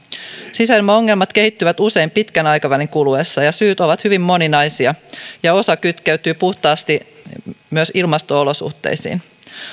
sisäilmaongelmat kehittyvät usein pitkän aikavälin kuluessa ja syyt ovat hyvin moninaisia ja osa kytkeytyy puhtaasti ilmasto olosuhteisiin